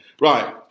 Right